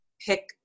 pick